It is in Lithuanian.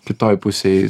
kitoj pusėj